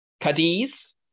Cadiz